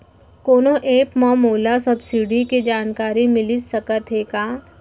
कोनो एप मा मोला सब्सिडी के जानकारी मिलिस सकत हे का?